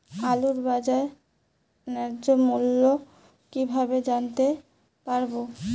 আলুর বাজার ন্যায্য মূল্য কিভাবে জানতে পারবো?